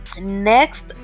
next